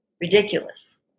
ridiculous